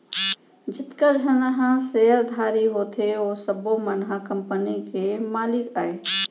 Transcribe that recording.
जतका झन ह सेयरधारी होथे ओ सब्बो मन ह कंपनी के मालिक अय